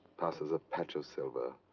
passes a patch of silver.